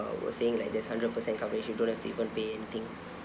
were saying like there's hundred percent coverage you don't have even pay the thing